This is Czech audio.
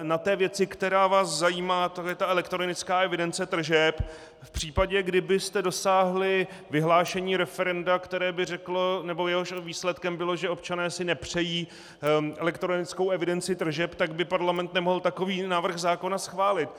Na té věci, která vás zajímá, a to je elektronická evidence tržeb, v případě, kdybyste dosáhli vyhlášení referenda, které by řeklo nebo jehož výsledkem by bylo, že občané si nepřejí elektronickou evidenci tržeb, tak by Parlament nemohl takový návrh zákona schválit.